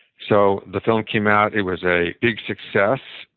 so the film came out, it was a big success.